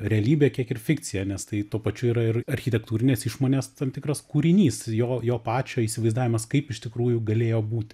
realybė kiek ir fikcija nes tai tuo pačiu yra ir architektūrinės išmonės tam tikras kūrinys jo jo pačio įsivaizdavimas kaip iš tikrųjų galėjo būt